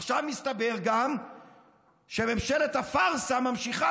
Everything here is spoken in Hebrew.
עכשיו מסתבר גם שממשלת הפארסה ממשיכה